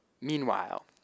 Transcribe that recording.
meanwhile